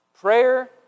prayer